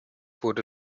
wurde